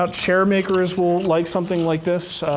ah chair makers will like something like this,